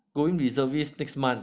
going reservist next month